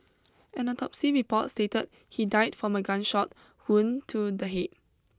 an autopsy report stated he died from a gunshot wound to the head